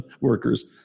workers